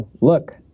look